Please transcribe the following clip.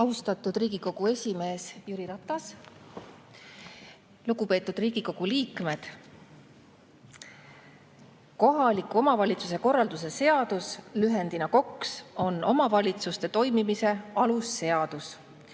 Austatud Riigikogu esimees Jüri Ratas! Lugupeetud Riigikogu liikmed! Kohaliku omavalitsuse korralduse seadus, lühendina KOKS, on omavalitsuste toimimise alusseadus,